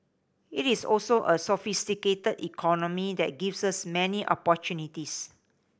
it is also a sophisticated economy that gives us many opportunities